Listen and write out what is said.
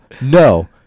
no